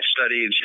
studied